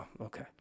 okay